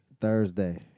Thursday